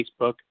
Facebook